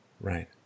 Right